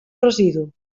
residu